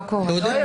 זה לא קורה.